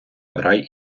рай